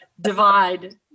divide